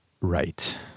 Right